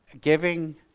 giving